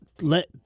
let